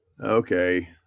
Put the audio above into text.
okay